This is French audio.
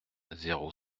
zéro